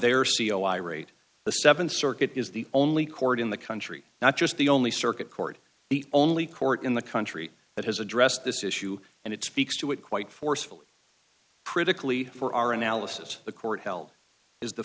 their c e o i rate the th circuit is the only court in the country not just the only circuit court the only court in the country that has addressed this issue and it speaks to it quite forcefully critically for our analysis the court held is the